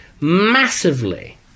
massively